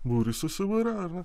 būrį susiburia ar ne